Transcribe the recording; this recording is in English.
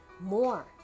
more